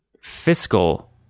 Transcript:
fiscal